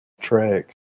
track